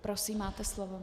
Prosím, máte slovo.